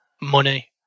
money